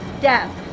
death